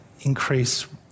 increase